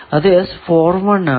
അത് ആണ്